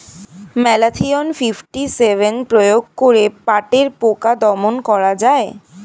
Malathion fifty seven প্রয়োগ করে পাটের পোকা দমন করা যায়?